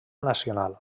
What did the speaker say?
nacional